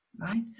right